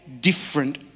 different